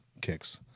kicks